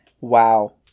Wow